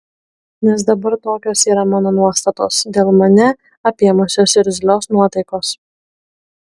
nes dabar tokios yra mano nuostatos dėl mane apėmusios irzlios nuotaikos